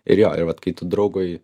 ir jo ir vat kai tu draugui